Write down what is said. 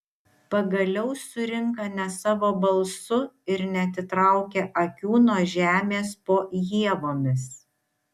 pagaliau surinka ne savo balsu ir neatitraukia akių nuo žemės po ievomis